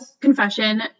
confession